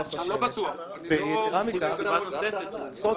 יש עוד סיבה.